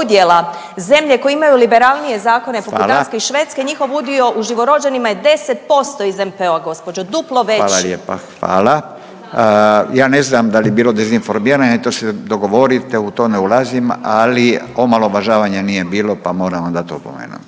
udjela zemlje koje imaju liberalnije zakone, poput Danske… .../Upadica: Hvala./... i Švedske, njihov udio u živorođenima je 10% iz NPO, gospođo, duplo veći. **Radin, Furio (Nezavisni)** Hvala lijepa. Hvala. Ja ne znam da li je bilo dezinformiranje, to se dogovorite, u to ne ulazim, ali omalovažavanje nije bilo pa moram vam dat opomenu.